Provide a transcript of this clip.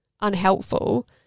unhelpful